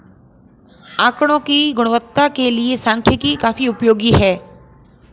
आकड़ों की गुणवत्ता के लिए सांख्यिकी काफी उपयोगी है